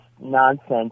nonsense